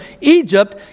Egypt